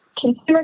Consumer